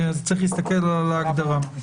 צריך להסתכל על ההגדרה.